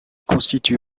constitue